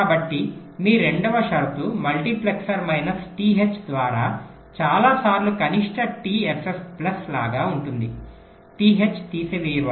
కాబట్టి మీ రెండవ షరతు మల్టీప్లెక్సర్ మైనస్ టి హెచ్ ద్వారా చాలా సార్లు కనిష్ట టి ఎఫ్ఎఫ్ ప్లస్ లాగా ఉంటుంది టి హెచ్ తీసివేయబడుతుంది